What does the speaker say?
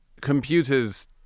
computers